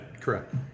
correct